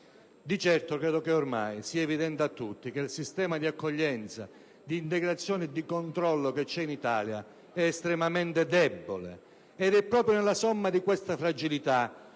Di certo credo che ormai sia evidente a tutti che il sistema di accoglienza, integrazione e controllo in Italia è estremamente debole. Ed è proprio nella somma di questa fragilità